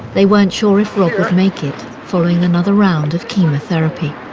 they weren't sure if rob would make it, following another round of chemotherapy.